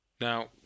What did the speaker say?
Now